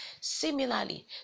similarly